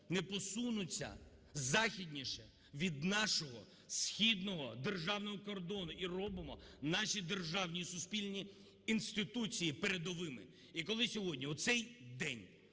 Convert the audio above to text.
не посунуться західніше від нашого східного державного кордону і робимо наші державні і суспільні інституції передовими. І коли сьогодні у цей День